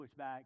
pushback